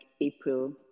april